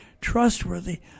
trustworthy